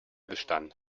bestand